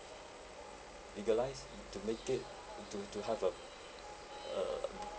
legalise to make it to to have a uh